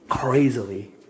Crazily